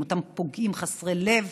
עם אותם פוגעים חסרי לב,